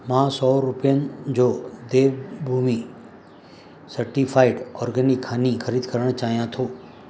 मां सौ रुपियनि जो देवभूमि सर्टिफाइड ऑर्गेनिक हनी ख़रीदु करणु चाहियां थो